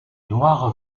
noir